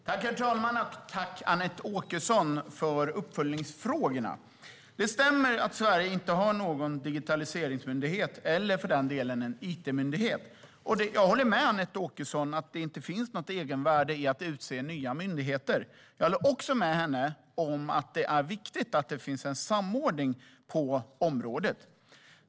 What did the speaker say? Herr talman! Tack, Anette Åkesson, för uppföljningsfrågorna! Det stämmer att Sverige inte har någon digitaliseringsmyndighet eller för den delen någon it-myndighet. Jag håller med Anette Åkesson om att det inte finns något egenvärde i att utse nya myndigheter. Jag håller också med om att det är viktigt att det finns en samordning på området.